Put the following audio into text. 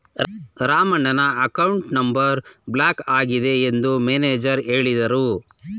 ರಾಮಣ್ಣನ account number block ಆಗಿದೆ ಎಂದು manager ಹೇಳಿದರು